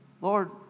Lord